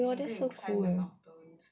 eh !wah! that's so cool